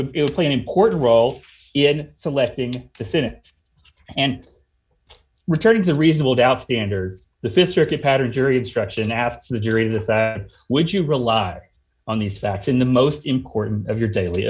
would play an important role in selecting the senate and returns the reasonable doubt standard the th circuit pattern jury instruction after the jury of this which you rely on these facts in the most important of your daily